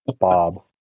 Bob